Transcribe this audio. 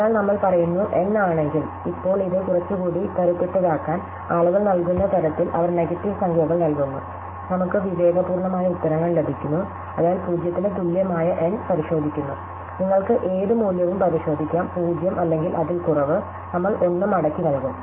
അതിനാൽ നമ്മൾ പറയുന്നു n ആണെങ്കിൽ ഇപ്പോൾ ഇത് കുറച്ചുകൂടി കരുത്തുറ്റതാക്കാൻ ആളുകൾ നൽകുന്ന തരത്തിൽ അവർ നെഗറ്റീവ് സംഖ്യകൾ നൽകുന്നു നമുക്ക് വിവേകപൂർണ്ണമായ ഉത്തരങ്ങൾ ലഭിക്കുന്നു അതിനാൽ 0 ന് തുല്യമായ n പരിശോധിക്കുന്നു നിങ്ങൾക്ക് ഏത് മൂല്യവും പരിശോധിക്കാം 0 അല്ലെങ്കിൽ അതിൽ കുറവ് നമ്മൾ 1 മടക്കി നൽകും